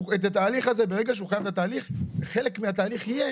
ברגע שהוא חייב את התהליך, חלק מהתהליך יהיה